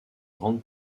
grande